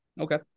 Okay